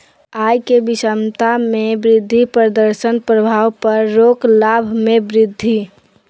आय के विषमता में वृद्धि प्रदर्शन प्रभाव पर रोक लाभ में वृद्धि